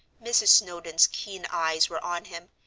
mrs. snowdon's keen eyes were on him,